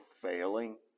failing